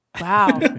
Wow